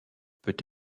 peut